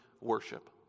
worship